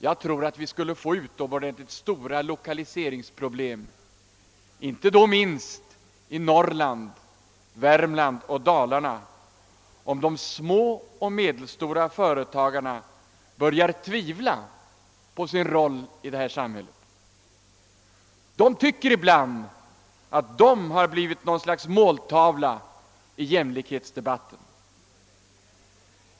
Jag tror att vi skulle få utomordentligt stora lokaliseringspro blem, inte minst i Norrland, Värmland och Dalarna, om de små och medelstora företagarna började tvivla på sin roll i samhället. De tycker ibland att de har blivit något slags måltavla i jämlikhetsdebatten.